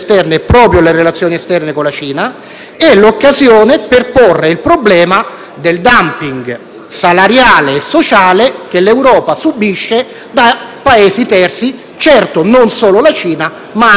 salariale e sociale che l'Europa subisce da Paesi terzi: certo, non solo dalla Cina, ma anche dalla Cina. Questo comporta che, senza quelli che Fratelli d'Italia chiama dazi di civiltà,